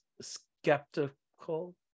Skeptical